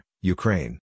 Ukraine